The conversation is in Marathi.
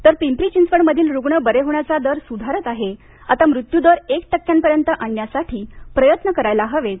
तर पिंपरी चिंचवड मधील रुग्ण बरे होण्याचा दर सुधारत आहे आता मृत्यूदर एक टक्क्यापर्यंत आणण्यासाठी प्रयत्न करायला हवेत